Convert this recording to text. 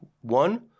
One